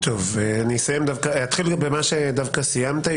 אני אתחיל דווקא במה שסיימת.